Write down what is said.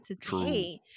today